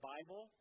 Bible